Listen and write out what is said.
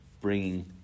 bringing